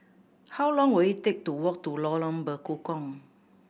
how long will it take to walk to Lorong Bekukong